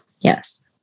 Yes